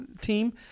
team